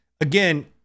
Again